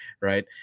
Right